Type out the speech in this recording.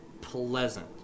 pleasant